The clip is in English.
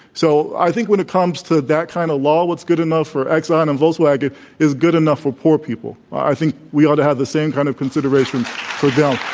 so, i think when it comes to that kind of law, what's good enough for exxon and volkswagen is good enough for poor people. i think we ought to have the same kind of consideration for them.